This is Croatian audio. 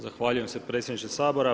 Zahvaljujem se predsjedniče Sabora.